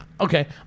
Okay